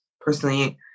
personally